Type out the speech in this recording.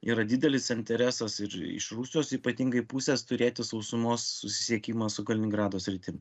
yra didelis interesas ir iš rusijos ypatingai pusės turėti sausumos susisiekimą su kaliningrado sritim